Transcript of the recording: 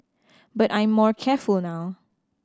but I'm more careful now